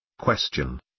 Question